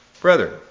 Brethren